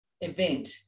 event